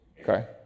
Okay